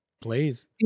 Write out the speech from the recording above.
Please